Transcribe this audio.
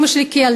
אימא שלי כילדה,